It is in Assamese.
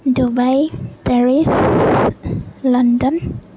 Dubai Paris London